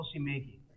policymaking